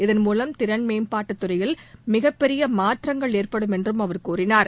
இதன்மூலம் திறன் மேம்பாட்டுத் துறையில் மிகப்பெரிய மாற்றங்கள் எற்படும் என்றும் அவர் கூறினார்